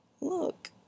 Look